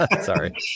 Sorry